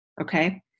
okay